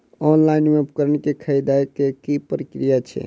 Online मे उपकरण केँ खरीदय केँ की प्रक्रिया छै?